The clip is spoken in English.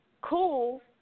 cool